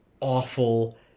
awful